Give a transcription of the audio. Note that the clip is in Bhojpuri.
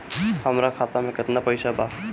हमरा खाता में केतना पइसा बा?